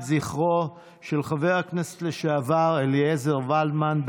זכרו של חבר הכנסת לשעבר אליעזר ולדמן.